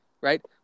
Right